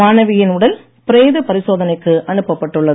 மாணவியின் உடல் பிரேத பரிசோதனைக்கு அனுப்பப் பட்டுள்ளது